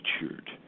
featured